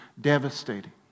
devastating